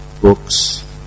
books